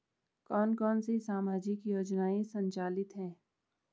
कौन कौनसी सामाजिक योजनाएँ संचालित है?